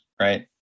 right